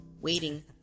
waiting